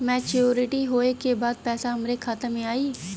Maturity होले के बाद पैसा हमरे खाता में आई?